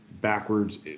backwards